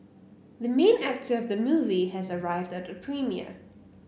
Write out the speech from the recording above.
the main actor of the movie has arrived at the premiere